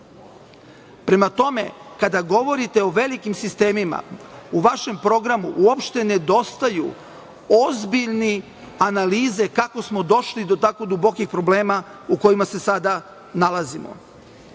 Prema tome, kada govorite o velikim sistemima, u vašem programu uopšte nedostaju ozbiljne analize kako smo došli do tako dubokih problema u kojima se sada nalazimo. Nešto